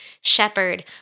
shepherd